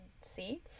see